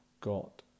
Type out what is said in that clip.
got